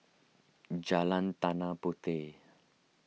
Jalan Tanah Puteh